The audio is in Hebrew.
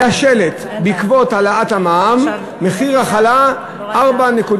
היה שלט: בעקבות העלאת המע"מ מחיר החלה 4.80,